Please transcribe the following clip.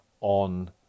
on